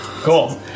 Cool